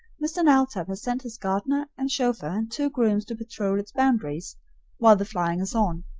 mr. knowltop has sent his gardener and chauffeur and two grooms to patrol its boundaries while the flying is on.